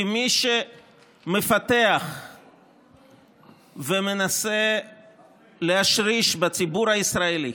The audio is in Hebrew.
כי מי שמפתח ומנסה להשריש בציבור הישראלי